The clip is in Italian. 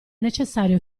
necessario